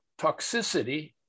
toxicity